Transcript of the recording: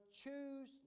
choose